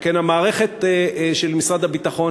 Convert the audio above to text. שכן המערכת של משרד הביטחון,